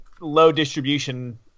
low-distribution